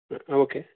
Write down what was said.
okay